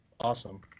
Awesome